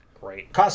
Great